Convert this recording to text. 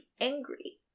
angry